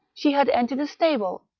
she had entered a stable,